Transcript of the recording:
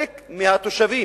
ומה הפתרון המוצע לתושבי